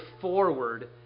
forward